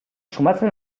sumatzen